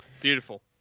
beautiful